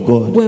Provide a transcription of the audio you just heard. God